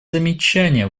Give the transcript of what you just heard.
замечания